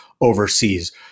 overseas